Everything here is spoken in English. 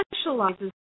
specializes